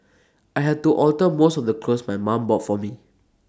I had to alter most of the clothes my mum bought for me